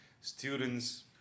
students